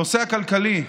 הנושא הכלכלי,